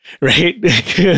right